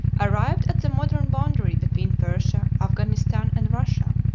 arrived at the modern boundary between persia, afghanistan, and russia,